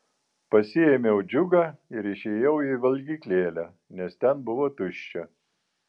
pasiėmiau džiugą ir išėjau į valgyklėlę nes ten buvo tuščia